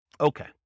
Okay